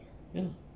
ya